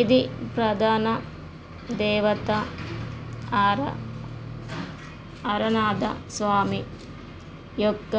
ఇది ప్రధాన దేవత అరనాథ స్వామి యొక్క